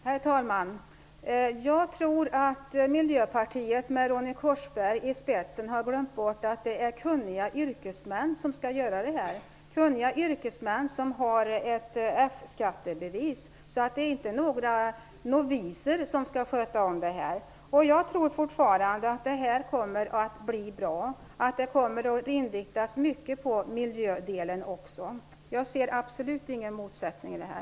Herr talman! Jag tror att Miljöpartiet med Ronny Korsberg i spetsen har glömt bort att det är kunniga yrkesmän som skall göra jobbet - kunniga yrkesmän som har ett F-skattebevis. Det är inte några noviser som skall sköta om det. Jag tror fortfarande att det kommer att bli bra och att det också mycket kommer att inriktas på miljödelen. Jag ser absolut ingen motsättning i detta.